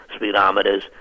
speedometers